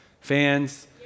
fans